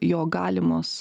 jo galimos